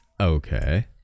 okay